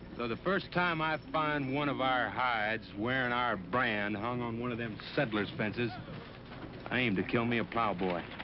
the first time i find one of our hides wearing our brand. hung on one of them settler's fences, i aim to kill me a plow boy.